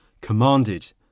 commanded